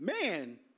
man